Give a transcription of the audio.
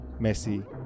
Messi